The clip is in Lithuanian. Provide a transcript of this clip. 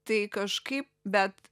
tai kažkaip bet